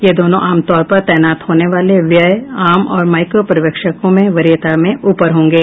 ये दोनों आम तौर पर तैनात होने वाले व्यय आम और माइक्रो पर्यवेक्षकों से वरीयता में ऊपर होंगे